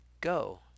go